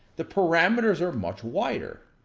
the parameters are much wider.